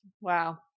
Wow